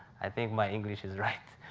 i think my english is right.